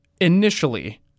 initially